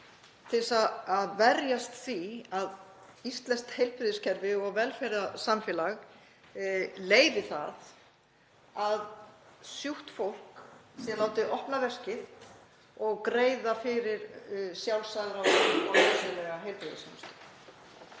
þess að verjast því að íslenskt heilbrigðiskerfi og velferðarsamfélag leyfi það að sjúkt fólk sé látið opna veskið og greiða fyrir sjálfsagða og nauðsynlega heilbrigðisþjónustu.